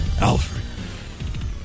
Alfred